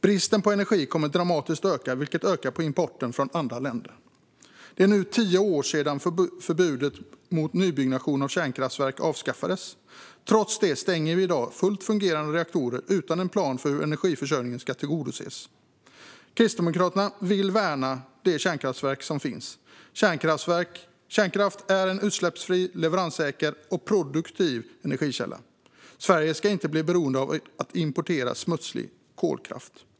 Bristen på energi kommer att öka dramatiskt, vilket ökar importen från andra länder. Det är nu tio år sedan förbudet mot nybyggnation av kärnkraftverk avskaffades. Trots det stänger vi i dag fullt fungerande reaktorer utan en plan för hur energiförsörjningen ska tillgodoses. Kristdemokraterna vill värna de kärnkraftverk som finns. Kärnkraft är en utsläppsfri, leveranssäker och produktiv energikälla. Sverige ska inte bli beroende av att importera smutsig kolkraft.